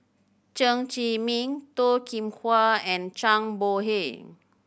Chen Zhiming Toh Kim Hwa and Zhang Bohe